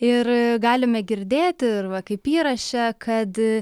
ir galime girdėti ir va kaip įraše kad